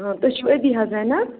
آ تُہۍ چھِو أتیہا رینہ